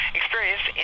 experience